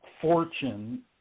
fortune